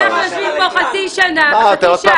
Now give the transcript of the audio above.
כי אנחנו יושבים פה חצי שעה --- את עוד